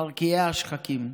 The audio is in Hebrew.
מרקיעי השחקים.